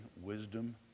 wisdom